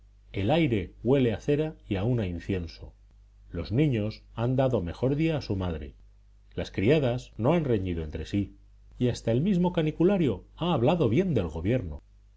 el aire huele a cera y aun a incienso los niños han dado mejor día a su madre las criadas no han reñido entre sí y hasta el mismo caniculario ha hablado bien del gobierno